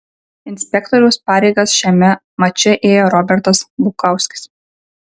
inspektoriaus pareigas šiame mače ėjo robertas bukauskis